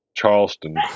Charleston